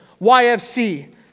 YFC